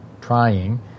trying